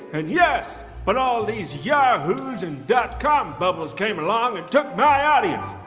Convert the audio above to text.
and yes. but all these yahoos and dot-com bubbles came along and took my audience.